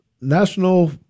national